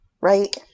right